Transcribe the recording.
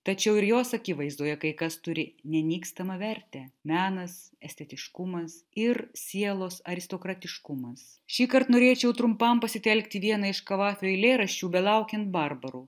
tačiau ir jos akivaizdoje kai kas turi nenykstamą vertę menas estetiškumas ir sielos aristokratiškumas šįkart norėčiau trumpam pasitelkti vieną iš kavafio eilėraščių belaukiant barbarų